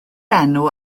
enw